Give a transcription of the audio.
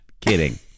kidding